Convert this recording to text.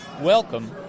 Welcome